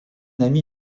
ami